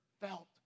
felt